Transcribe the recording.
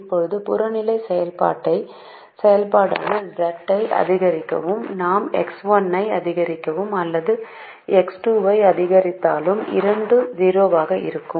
இப்போது புறநிலை செயல்பாடான Z ஐ அதிகரிக்கலாம் நாம் X1 ஐ அதிகரித்தாலும் அல்லது X2 ஐ அதிகரித்தாலும் இரண்டும் 0 ஆக இருக்கும்